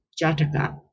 jataka